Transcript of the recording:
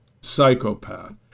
psychopath